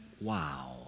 wow